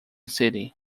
city